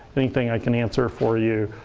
anything i can answer for you,